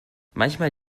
manchmal